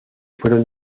fueron